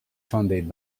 funded